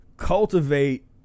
cultivate